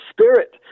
spirit